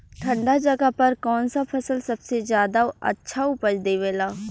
ठंढा जगह पर कौन सा फसल सबसे ज्यादा अच्छा उपज देवेला?